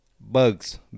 bugs